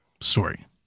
story